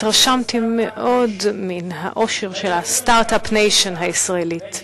התרשמתי מאוד מן העושר של ה-Start-up Nation הישראלית,